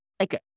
Okay